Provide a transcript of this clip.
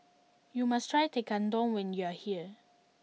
you must try Tekkadon when you are here